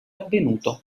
avvenuto